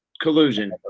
collusion